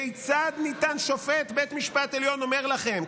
כיצד ניתן" שופט בית משפט עליון אומר לכם,